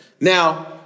Now